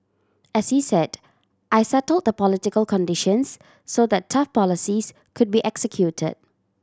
as he said I settle the political conditions so the tough policies could be executed